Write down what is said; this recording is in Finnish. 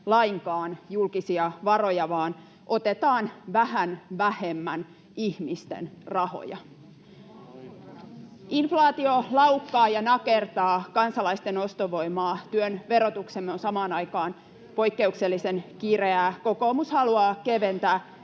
lainkaan julkisia varoja vaan otetaan vähän vähemmän ihmisten rahoja. Inflaatio laukkaa ja nakertaa kansalaisten ostovoimaa. Työn verotuksemme on samaan aikaan poikkeuksellisen kireää. Kokoomus haluaa keventää